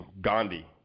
Gandhi